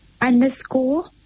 underscore